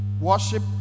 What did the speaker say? Worship